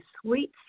sweet